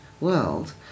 world